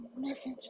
message